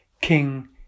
King